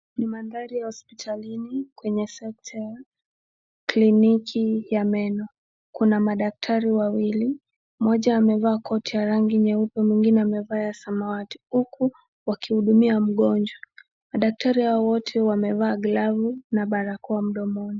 Ni mandhari ya hospitalini kwenye sector ya kliniki ya meno kuna madaktari wawili mmoja amevaa koti ya rangi nyeupe mwingine amevaa ya samawati huku wakihudumia mgonjwa madaktari hao wote wamevaa glavu na barakoa mdomoni.